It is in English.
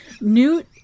Newt